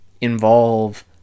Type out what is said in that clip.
involve